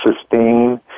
sustain